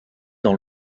dans